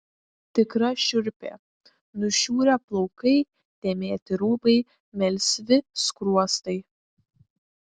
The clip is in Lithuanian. tikra šiurpė nušiurę plaukai dėmėti rūbai melsvi skruostai